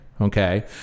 okay